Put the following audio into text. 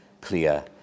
clear